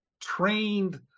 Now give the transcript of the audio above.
trained